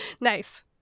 Nice